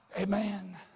Amen